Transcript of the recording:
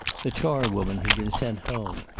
the charwoman had been sent home.